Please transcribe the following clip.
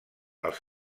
els